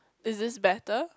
is this better